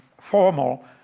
formal